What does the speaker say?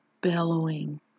bellowing